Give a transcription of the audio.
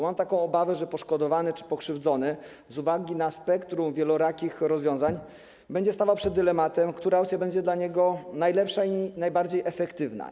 Mam taką obawę, że poszkodowany czy pokrzywdzony z uwagi na spektrum wielorakich rozwiązań będzie stawał przed dylematem, która opcja będzie dla niego najlepsza i najbardziej efektywna.